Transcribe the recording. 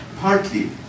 partly